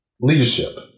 Leadership